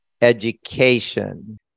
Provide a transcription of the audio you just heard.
education